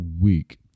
week